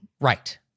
Right